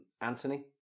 Anthony